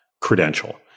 credential